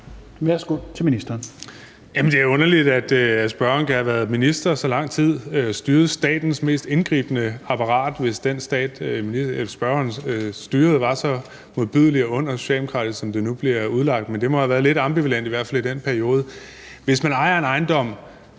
Bek): Jamen det er underligt, at spørgeren kan have været minister i så lang tid og styret statens mest indgribende apparat, hvis den stat, som spørgeren styrede, var så modbydelig og ond og socialdemokratisk, som det nu bliver udlagt. Så det må have været lidt ambivalent, i hvert fald i den periode. Hvis man ejer en ejendom,